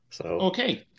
okay